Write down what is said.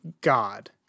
God